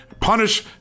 Punish